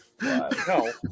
No